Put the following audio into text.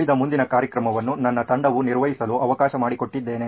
ಉಳಿದ ಮುಂದಿನ ಕಾರ್ಯಕ್ರಮವನ್ನು ನನ್ನ ತಂಡವು ನಿರ್ವಹಿಸಲು ಅವಕಾಶ ಮಾಡಿಕೊಟ್ಟಿದ್ದೇನೆ